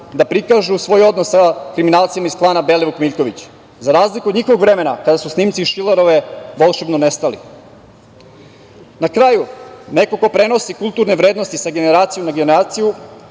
da prikažu svoj odnos sa kriminalcima iz klana Belivuk-Miljković. Za razliku od njihovog vremena kada su snimci iz Šilerove boljševno nestali. Na kraju, neko ko prenosi kulturne vrednosti sa generacije na generaciju